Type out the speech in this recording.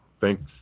thanks